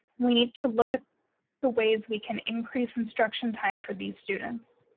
we need to look at the ways we can increase instruction time for these students.